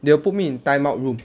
they will put me in time out room